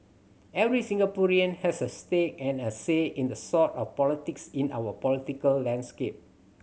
every Singaporean has a stake and a say in the sort of politics in our political landscape